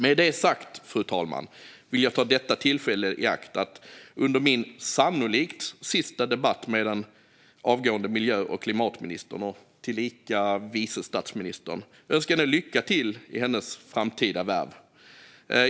Med det sagt, fru talman, vill jag ta detta tillfälle i akt att under min sannolikt sista debatt med den avgående miljö och klimatministern och tillika vice statsministern önska henne lycka till i hennes framtida värv.